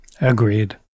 Agreed